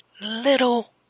little